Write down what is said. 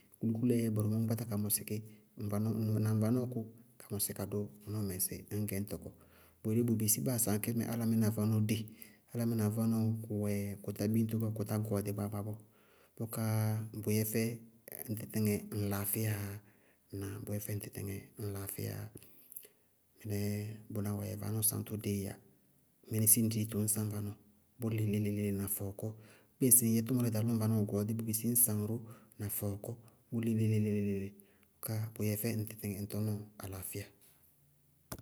Kúlikúli ayé bʋrʋ mɔɔ ññ kpátá ka mɔsɩ ké na ŋvanɔɔ, ŋ na ŋvanɔɔ kʋ ka mɔsɩ ka dʋ nɔɔmɛ ŋsɩ ŋñgɛ ñ tɔkɔ. Bʋ yelé bʋ bisí báa sáa aŋkɛ mɛ álámɩná vanɔɔ dée, álámɩná vanɔɔ kʋwɛ kʋ tá biñto bɔɔ kʋtá gɔɔɖɩ gbaagba gbaagba bɔɔ, bʋká bʋbyɛfɛ ŋ tɩtɩŋɛ ŋŋlaafíya yá. Ŋnáa? Bʋyɛ fɛ ŋtɩtɩŋɛ ŋŋlaafíya yá. Mɩnɛɛ bʋná wɛɛ yɛ, vanɔɔ sañtɔ dée yá. Mɩnɩsɩɩ ñ di dito ñ saŋ vanɔɔ bʋ lɩ léle-léle na fɔɔkɔ. Bíɩ ŋsɩ ŋ yɛ tʋmʋrɛ darɩ lɔ ŋ vanɔɔ gɔɔɖíɩ, bʋʋ bisí ñ saŋ ró na fɔɔkɔ bʋlɩ léle- léle- léle bʋká bʋ yɛ fɛ ŋ tɩtɩŋɛ tɔnɔɔ alaafíya.